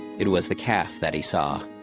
it was the calf that he saw